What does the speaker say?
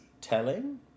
telling